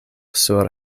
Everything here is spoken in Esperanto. sur